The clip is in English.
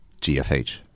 GFH